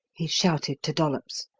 he shouted to dollops,